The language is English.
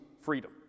freedom